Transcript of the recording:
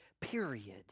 period